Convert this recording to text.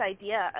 idea